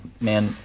man